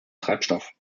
treibstoff